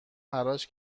حراج